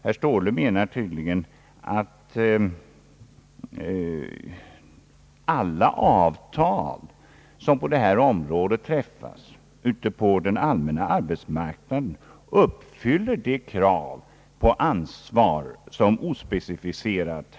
Herr Ståhle menar tydligen att alla avtal som träffas på det här området, alltså på den allmänna arbetsmarknaden, uppfyller de ospecificerade krav på ansvar som han talade om.